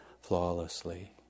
flawlessly